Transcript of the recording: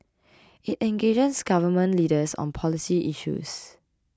it engages Government Leaders on policy issues